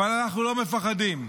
אבל אנחנו לא מפחדים.